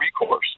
recourse